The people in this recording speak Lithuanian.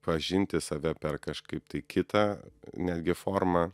pažinti save per kažkaip tai kitą netgi formą